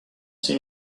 seem